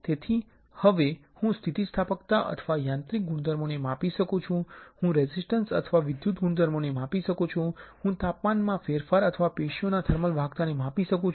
તેથી હવે હું સ્થિતિસ્થાપકતા અથવા યાંત્રિક ગુણધર્મોને માપી શકું છું હું રેઝિસ્ટન્સ અથવા વિદ્યુત ગુણધર્મોને માપી શકું છું હું તાપમાનમાં ફેરફાર અથવા પેશીના થર્મલ વાહકતાને માપી શકું છું